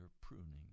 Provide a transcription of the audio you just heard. pruning